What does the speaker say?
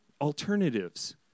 alternatives